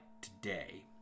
today